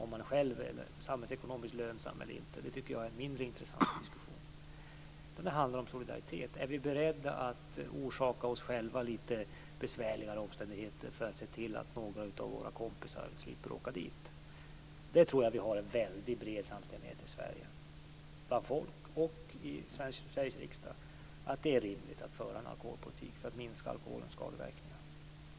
Om man själv är samhällsekonomiskt lönsam eller inte tycker jag är mindre intressant. Det handlar i stället om solidaritet. Är vi beredda att orsaka oss själva litet besvärligare omständigheter för att se till att några av våra kompisar slipper åka dit? Om detta, att det är rimligt att föra en alkoholpolitik för att minska alkoholens skadeverkningar, tror jag att vi har en väldigt bred samstämmighet bland folk i Sverige och i Sveriges riksdag.